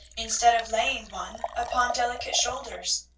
instead of laying one upon delicate shoulders.